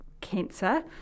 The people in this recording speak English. cancer